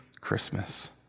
Christmas